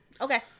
okay